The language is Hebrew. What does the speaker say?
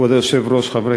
כבוד היושב-ראש, חברי